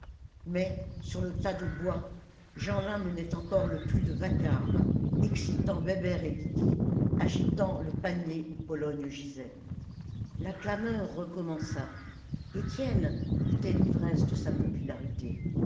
mais sur le tas de bois jeanlin menait encore le plus de vacarme excitant bébert et lydie agitant le panier où pologne gisait la clameur recommença étienne goûtait l'ivresse de sa popularité